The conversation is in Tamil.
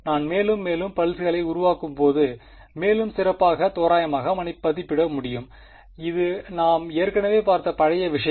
நான் மேலும் மேலும் பல்ஸ்களை உருவாக்குக் போது மேலும் சிறப்பாக தோராயமாக மதிப்பிட முடியும் இது நாம் ஏற்கனவே பார்த்த பழைய விஷயங்கள்